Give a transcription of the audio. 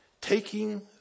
taking